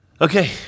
Okay